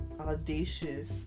audacious